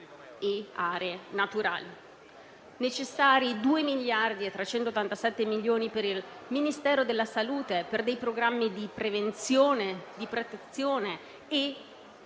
e aree naturali. Sono necessari 2.387 milioni per il Ministero della salute per dei programmi di prevenzione, protezione e